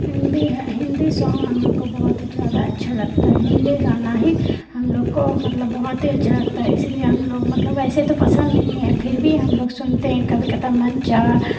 Hindi Hindi song ہم لوگ کو بہت زیادہ اچھا لگتا ہے ہندی گانا ہی ہم لوگ کو مطلب بہت ہی اچھا لگتا ہے اس لیے ہم لوگ مطلب ویسے تو پسند نہیں ہے پھر بھی ہم لوگ سنتے ہیں کبھی کبھا من چاہ